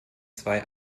zwei